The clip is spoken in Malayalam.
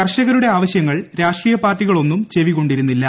കർഷകരുടെ ആവശ്യങ്ങൾ രാഷ്ട്രീയ പാർട്ടികളൊന്നും ചെവിക്കൊണ്ടിരുന്നില്ല